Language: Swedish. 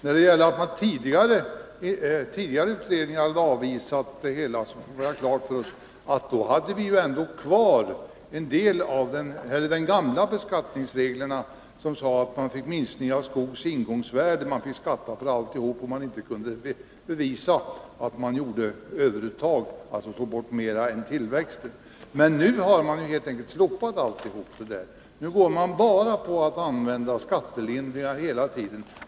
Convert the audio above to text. När det gäller förhållandet att detta har avvisats av tidigare utredningar skall vi ha klart för oss att vi på den tiden hade kvar de gamla beskattningsreglerna, som innebar minskning av skogens ingångsvärde. Man fick betala skatt på hela vinsten, om man inte kunde bevisa att man gjorde överuttag, dvs. tog ut mer än vad som motsvarade tillväxten. Nu har alla dessa regler helt enkelt slopats, och man går i stället helt in för skattelindringar.